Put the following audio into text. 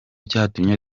cyatumye